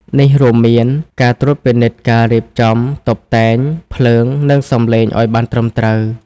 នេះរួមមានការ ត្រួតពិនិត្យការរៀបចំតុបតែង ភ្លើង និងសំឡេងឱ្យបានត្រឹមត្រូវ។